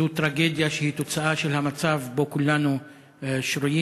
זו טרגדיה שהיא תוצאה של המצב שבו כולנו שרויים.